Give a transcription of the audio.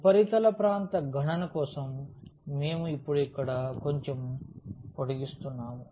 ఉపరితల ప్రాంత గణన కోసం మేము ఇపుడు ఇక్కడ కొంచెం పొడిగిస్తున్నాము